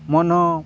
ମନ